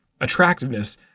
attractiveness